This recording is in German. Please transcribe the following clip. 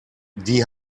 die